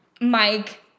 Mike